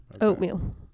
Oatmeal